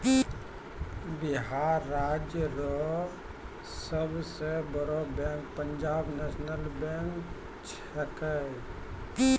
बिहार राज्य रो सब से बड़ो बैंक पंजाब नेशनल बैंक छैकै